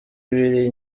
ibiri